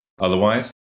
otherwise